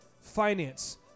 finance